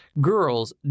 Girls